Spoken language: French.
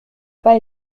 pas